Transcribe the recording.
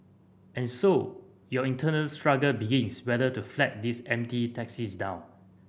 and so your internal struggle begins whether to flag these empty taxis down